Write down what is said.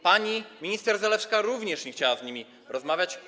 Pani minister Zalewska również nie chciała z nimi rozmawiać.